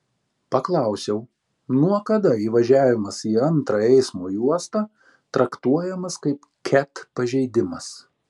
paklausiau nuo kada įvažiavimas į antrą eismo juostą traktuojamas kaip ket pažeidimas